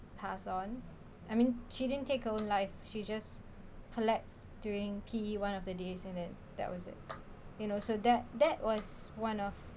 pass on I mean she didn't take her own life she just collapsed during P one of the days and then that was it you know so that that was one of